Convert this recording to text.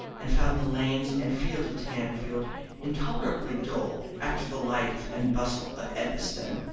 and found the lanes and fields of tamfield intolerably dull after the life and bustle of edgbaston.